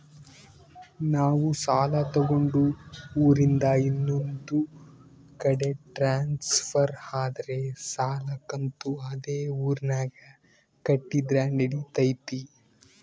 ನಾವು ಸಾಲ ತಗೊಂಡು ಊರಿಂದ ಇನ್ನೊಂದು ಕಡೆ ಟ್ರಾನ್ಸ್ಫರ್ ಆದರೆ ಸಾಲ ಕಂತು ಅದೇ ಊರಿನಾಗ ಕಟ್ಟಿದ್ರ ನಡಿತೈತಿ?